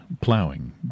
ploughing